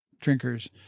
drinkers